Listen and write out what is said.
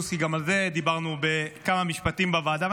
כי גם על זה דיברנו בכמה משפטים בוועדה,